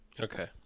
okay